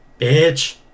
Bitch